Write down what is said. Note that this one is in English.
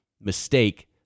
mistake